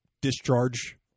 discharge